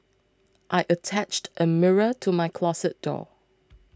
I attached a mirror to my closet door